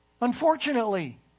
Unfortunately